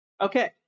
okay